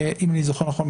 אם אני זוכר נכון,